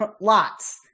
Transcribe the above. Lots